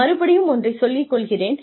மறுபடியும் ஒன்றைச் சொல்லிக் கொள்கிறேன்